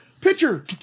pitcher